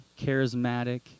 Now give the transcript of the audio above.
charismatic